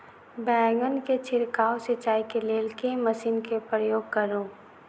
बैंगन केँ छिड़काव सिचाई केँ लेल केँ मशीन केँ प्रयोग करू?